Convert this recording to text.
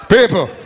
People